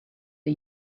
the